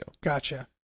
gotcha